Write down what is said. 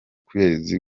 kwezi